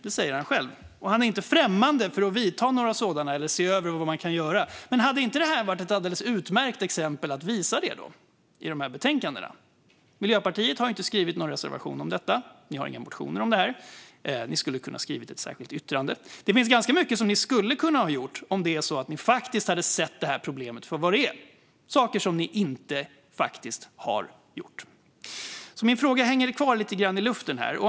Det säger han själv. Och han är inte främmande för att vidta några sådana eller se över vad man kan göra. Men hade det då inte varit ett alldeles utmärkt exempel att visa det i dessa betänkanden? Miljöpartiet har inte skrivit någon reservation om detta. Ni har inga motioner om det. Ni skulle ha kunnat skriva ett särskilt yttrande. Det finns ganska mycket som ni skulle ha kunnat göra om ni hade sett problemet för vad det är. Det är saker som ni faktiskt inte har gjort. Min fråga hänger kvar lite grann i luften.